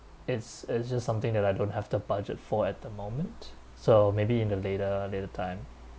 it's it's just something that I don't have the budget for at the moment so maybe in the later later time